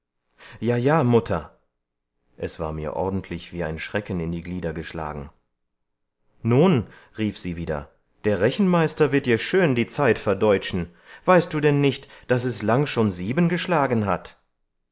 ja ja mutter es war mir ordentlich wie ein schrecken in die glieder geschlagen nun rief sie wieder der rechenmeister wird dir schön die zeit verdeutschen weißt du denn nicht daß es lang schon sieben geschlagen hat